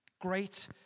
Great